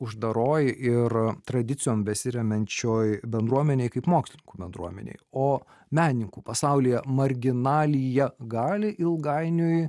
uždaroj ir tradicijom besiremiančioj bendruomenėj kaip mokslininkų bendruomenėj o menininkų pasaulyje marginalija gali ilgainiui